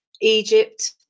Egypt